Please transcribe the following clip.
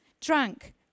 drank